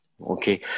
Okay